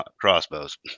crossbows